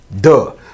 Duh